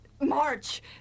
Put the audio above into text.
march